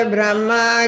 Brahma